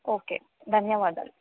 okay ధన్యవాదాలు